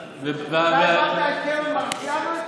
אתה הבנת את קרן מרציאנו אתמול?